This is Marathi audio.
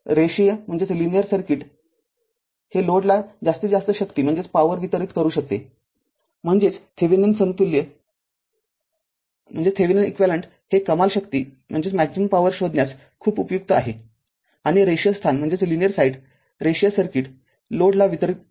तररेषीय रेषीय सर्किट हे लोडला जास्तीत जास्त शक्ती वितरित करू शकते म्हणजेच थेविनिन समतुल्य हे कमाल शक्ती शोधण्यात उपयुक्त आहे आणि रेषीय स्थान रेषीय सर्किट लोडला वितरित करू शकते